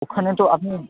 ওখানে তো আপনি